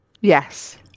Yes